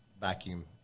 vacuum